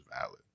valid